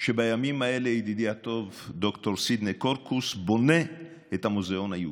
שבימים האלה ידידי הטוב ד"ר סידני קורקוס בונה את המוזיאון היהודי,